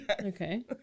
okay